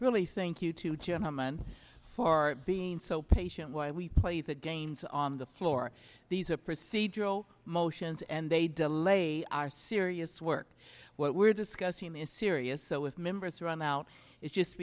really think you two gentlemen for being so patient while we play the games on the floor these of procedural motions and they delay our serious work what we're discussing is serious so if members run out it's just